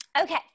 okay